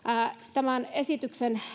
tämän esityksen